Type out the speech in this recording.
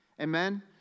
Amen